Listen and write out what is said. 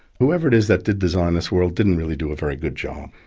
whoever it is that did design this world didn't really do a very good job.